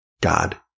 God